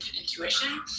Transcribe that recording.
intuition